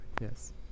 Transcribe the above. Yes